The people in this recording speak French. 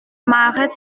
m’arrête